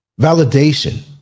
Validation